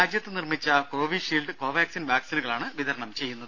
രാജ്യത്ത് നിർമ്മിച്ച Covishield Covaxin വാക്സിനുകളാണ് വിതരണം ചെയ്യുന്നത്